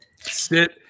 sit